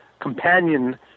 companion